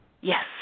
Yes